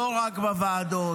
לא רק בוועדות,